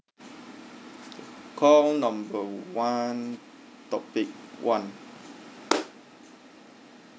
call number one topic one